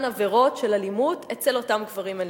עבירות אלימות אצל אותם גברים אלימים.